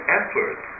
effort